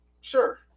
sure